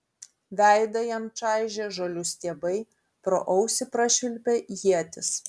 veidą jam čaižė žolių stiebai pro ausį prašvilpė ietis